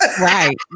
Right